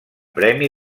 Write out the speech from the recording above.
premi